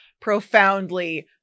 profoundly